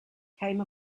came